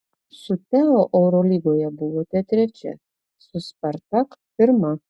su teo eurolygoje buvote trečia su spartak pirma